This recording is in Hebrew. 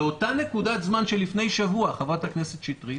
לאותה נקודת זמן של לפני שבוע, חברת הכנסת שטרית,